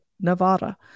Nevada